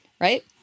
right